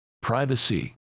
privacy